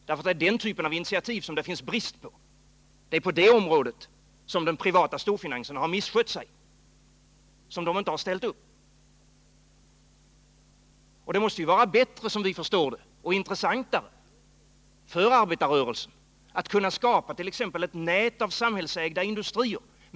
Det är nämligen den typen av initiativ som det råder brist på. Det är på det området som den privata storfinansen har misskött sig, som den inte har ställt upp. Som vi förstår det måste det vara bättre och intressantare för arbetarrörel sen att med hjälp av löntagarfonder kunna skapat.ex.